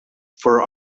for